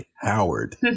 Howard